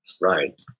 right